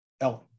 Ellen